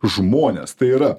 žmones tai yra